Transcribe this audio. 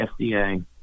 FDA